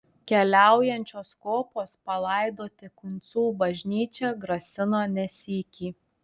keliaujančios kopos palaidoti kuncų bažnyčią grasino ne sykį